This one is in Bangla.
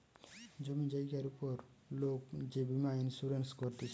জমি জায়গার উপর লোক যে বীমা ইন্সুরেন্স করতিছে